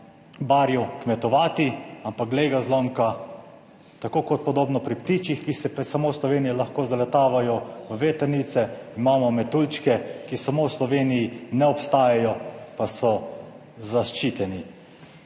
Barju kmetovati, ampak glej ga zlomka, tako kot podobno pri ptičih, ki se pa samo v Sloveniji lahko zaletavajo v vetrnice, imamo metuljčke, ki samo v Sloveniji ne obstajajo, pa so zaščiteni.